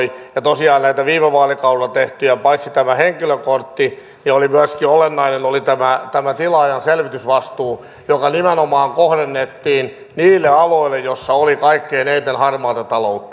ja tosiaan näistä viime vaalikaudella tehdyistä paitsi tämä henkilökortti myöskin olennainen oli tämä tilaajan selvitysvastuu joka nimenomaan kohdennettiin niille aloille joissa oli kaikkein eniten harmaata taloutta